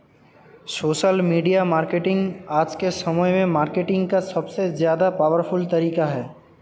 social media marketing आज के समय में मार्केटिंग का सबसे ज्यादा पॉवरफुल तरीका है